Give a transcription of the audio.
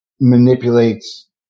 manipulates